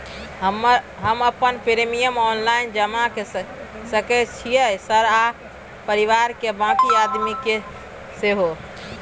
हम अपन premium online जमा के सके छियै सर आ परिवार के बाँकी आदमी के सेहो?